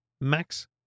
Max